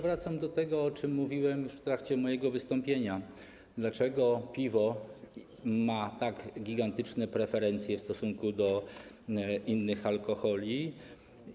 Wracam do tego, o czym mówiłem już w trakcie mojego wystąpienia: Dlaczego piwo ma tak gigantyczne preferencje w stosunku do innych alkoholi?